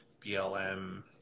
BLM